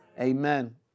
amen